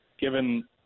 given